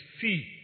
see